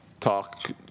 talk